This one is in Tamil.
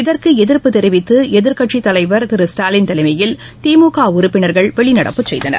இதற்கு எதிர்ப்பு தெரிவித்து எதிர்கட்சித் தலைவர் திரு ஸ்டாலின் தலைமையில் திமுக உறுப்பினர்கள் வெளிநடப்பு செய்தனர்